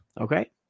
Okay